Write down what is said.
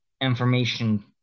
information